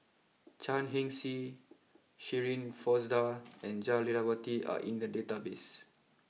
Chan Heng Chee Shirin Fozdar and Jah Lelawati are in the database